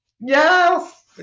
Yes